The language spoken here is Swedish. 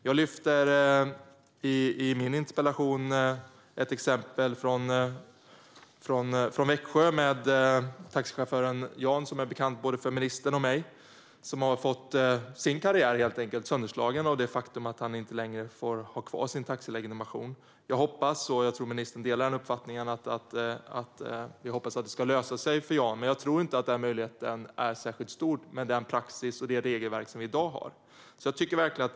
Jag lyfter i min interpellation fram ett exempel från Växjö med taxichauffören Jan, som är bekant för både ministern och mig. Han har helt enkelt fått sin karriär sönderslagen av det faktum att han inte längre får ha kvar sin taxilegitimation. Jag hoppas, och jag tror att ministern delar den uppfattningen, att det ska lösa sig för Jan. Men jag tror inte att den möjligheten är särskilt stor med den praxis och det regelverk som vi har i dag.